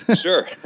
Sure